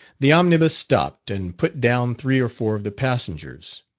the omnibus stopped and put down three or four of the passengers,